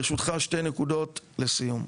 ברשותך, שתי נקודות לסיום.